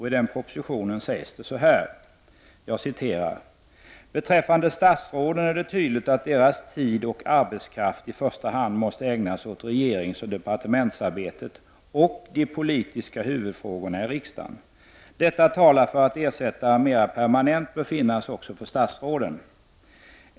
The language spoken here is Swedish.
I den propositionen sägs så här: ”Beträffande statsråden är det tydligt att deras tid och arbetskraft i första hand måste ägnas åt regeringsoch departementsarbetet och de politiska huvudfrågorna i riksdagen. Detta talar för att ersättare mera permanent bör finnas också för statsråden.